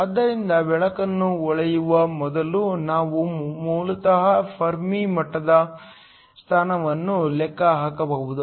ಆದ್ದರಿಂದ ಬೆಳಕನ್ನು ಹೊಳೆಯುವ ಮೊದಲು ನಾವು ಮೂಲತಃ ಫೆರ್ಮಿ ಮಟ್ಟದ ಸ್ಥಾನವನ್ನು ಲೆಕ್ಕ ಹಾಕಬಹುದು